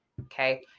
okay